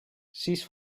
sis